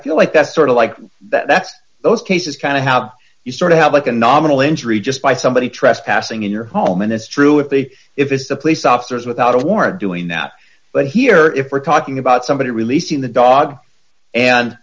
feel like that's sort of like that's those cases kind of how you start to have like a nominal injury just by somebody trespassing in your home and it's true if they if it's the police officers without a warrant doing that but here if we're talking about somebody releasing the dog and